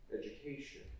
education